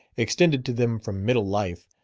extended to them from middle life,